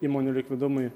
įmonių likvidumui